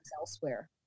elsewhere